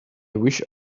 wish